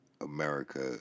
America